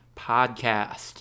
Podcast